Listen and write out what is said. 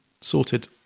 sorted